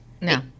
No